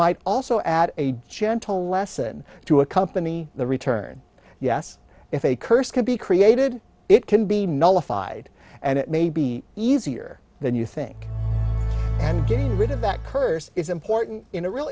might also add a gentle lesson to accompany the return yes if a curse can be created it can be nullified and it may be easier than you think and getting rid of that curse is important in a real